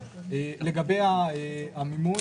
לגבי המימון,